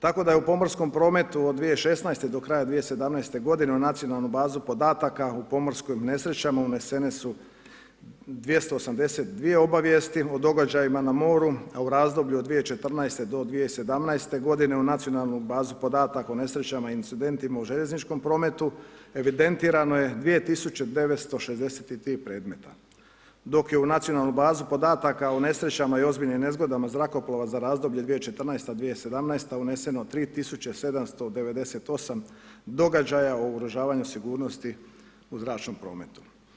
Tako d je u pomorskom prometu od 2016. do kraja 2017. g. u nacionalnu bazu podataka u pomorskim nesrećama unesene su 282 obavijesti o događajima na moru, a u razdoblju od 2014.-2017. g. u nacionalnu bazu podataka o nesrećama i incidentima u željezničkom prometu evidentirano je 2963 predmeta dok je u nacionalnu bazu podataka o nesrećama i ozbiljnim nezgodama zrakoplova za razdoblje 2014. 2017. uneseno 3798 događaja o ugrožavanju sigurnosti u zračnom prometu.